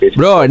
bro